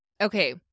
okay